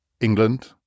england